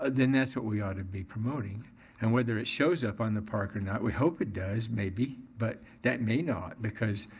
ah then that's what we ought to be promoting and whether it shows up on the parcc or not, we hope it does, maybe, but that may not because